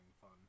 fun